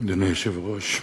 אדוני היושב-ראש,